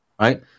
Right